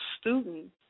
student